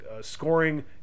scoring